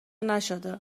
نشده